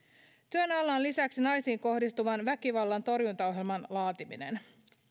alla on lisäksi naisiin kohdistuvan väkivallan torjuntaohjelman laatiminen